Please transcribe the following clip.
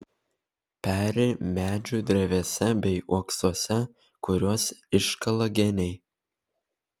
peri medžių drevėse bei uoksuose kuriuos iškala geniai